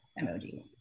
emoji